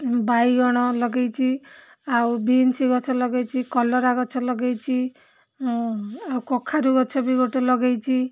ବାଇଗଣ ଲଗେଇଛି ଆଉ ବିନ୍ସ ଗଛ ଲଗେଇଛି କଲରା ଗଛ ଲଗେଇଛି ଆଉ କଖାରୁ ଗଛ ବି ଗୋଟିଏ ଲଗେଇଛି